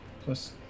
Plus